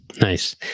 Nice